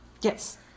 Yes